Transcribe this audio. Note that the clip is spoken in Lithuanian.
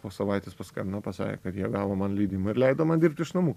po savaitės paskambino pasakė kad jie gavo man leidimą ir leido man dirbt iš namų